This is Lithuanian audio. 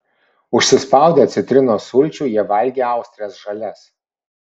užsispaudę citrinos sulčių jie valgė austres žalias